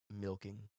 milking